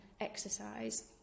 exercise